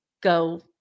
Go